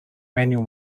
manual